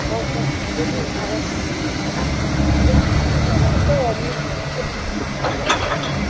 ꯍꯣꯏ ꯍꯣꯏ ꯑꯗꯨꯗꯤ ꯐꯔꯦ ꯅꯪ ꯐꯖꯅ ꯀꯩꯅꯣ ꯇꯧꯔꯛꯎꯀꯣ ꯃꯤꯁꯇ꯭ꯔꯤꯒꯨꯝꯕꯗꯨ ꯎꯝ